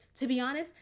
to be honest,